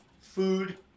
food